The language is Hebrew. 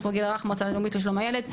בגיל הרך המועצה הלאומית לשלום הילד,